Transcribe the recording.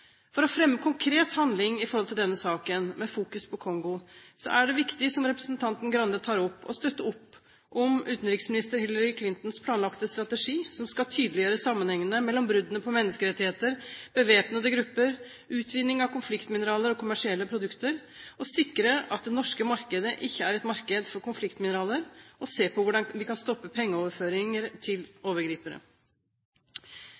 For å fremme konkret handling i denne saken, med fokus på Kongo, er det viktig det representanten Stokkan-Grande tar opp, å støtte opp om utenriksminister Hillary Clintons planlagte strategi, som skal tydeliggjøre sammenhengen mellom bruddene på menneskerettigheter, bevæpnede grupper, utvinning av konfliktmineraler og kommersielle produkter, og sikre at det norske markedet ikke er et marked for konfliktmineraler og se på hvordan vi kan stoppe pengeoverføringer til